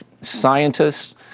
scientists